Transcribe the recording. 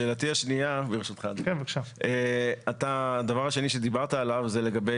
שאלתי השנייה: הדבר השני שדיברת עליו הוא לגבי